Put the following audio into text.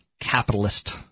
capitalist